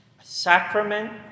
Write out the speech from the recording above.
sacrament